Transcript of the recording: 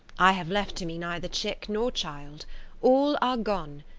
i have left to me neither chick nor child all are gone,